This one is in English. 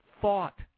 thought